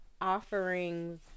offerings